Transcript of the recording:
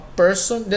person